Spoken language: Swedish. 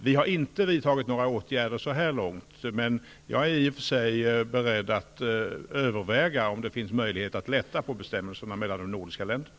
Vi har så här långt inte vidtagit några åtgärder. Men jag är i och för sig beredd att överväga om det finns möjlighet att lätta på bestämmelserna mellan de nordiska länderna.